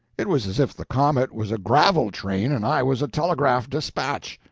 it was as if the comet was a gravel-train and i was a telegraph despatch.